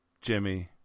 Jimmy